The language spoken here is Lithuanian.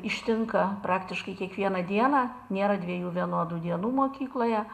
ištinka praktiškai kiekvieną dieną nėra dviejų vienodų dienų mokykloje